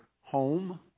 home